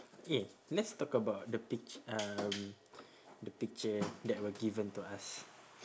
eh let's talk about the pic~ um the picture that were given to us